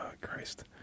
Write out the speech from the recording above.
Christ